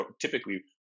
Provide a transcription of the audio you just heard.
typically